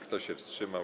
Kto się wstrzymał?